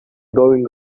going